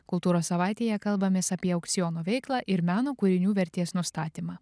kultūros savaitėje kalbamės apie aukciono veiklą ir meno kūrinių vertės nustatymą